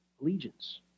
allegiance